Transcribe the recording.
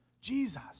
Jesus